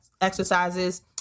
exercises